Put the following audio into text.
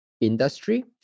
industry